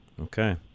Okay